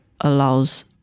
allows